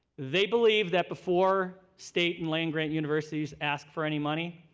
they believe that before state and land-grant universities ask for any money,